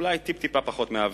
אולי טיפ-טיפה פחות מאוויר.